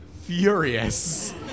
furious